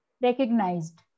recognized